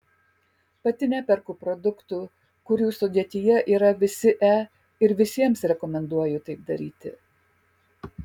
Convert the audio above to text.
pati neperku produktų kurių sudėtyje yra visi e ir visiems rekomenduoju taip daryti